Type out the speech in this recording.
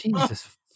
Jesus